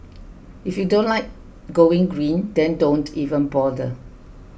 if you don't like going green then don't even bother